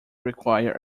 require